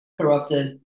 corrupted